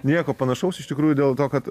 nieko panašaus iš tikrųjų dėl to kad